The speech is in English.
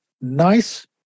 nice